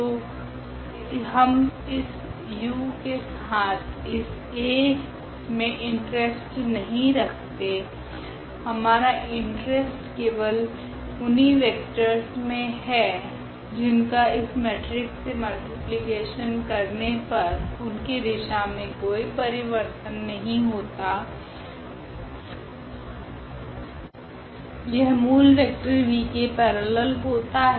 तो हम इस u के साथ इस A मे इंटरेस्ट नहीं रखते हमारा इंटरेस्ट केवल उनही वेक्टरस मे है जिनका इस मेट्रिक्स से मल्टीप्लीकेशन करने पर उनकी दिशा मे कोई परिवर्तन नहीं होता यह मूल वेक्टर v के पेरेलल होता है